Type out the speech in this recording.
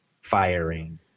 firing